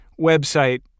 website